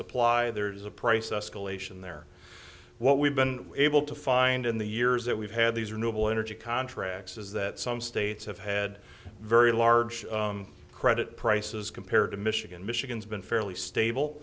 supply there's a price escalation there what we've been able to find in the years that we've had these are noble energy contracts is that some states have had very large credit prices compared to michigan michigan's been fairly stable